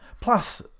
Plus